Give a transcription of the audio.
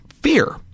fear